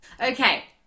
okay